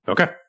Okay